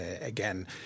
Again